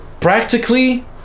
practically